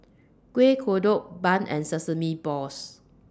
Kueh Kodok Bun and Sesame Balls